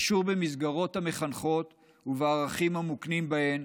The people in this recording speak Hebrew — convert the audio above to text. וקשור למסגרות המחנכות ולערכים המוקנים בהן,